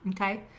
okay